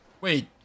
Wait